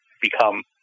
become